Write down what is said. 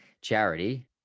charity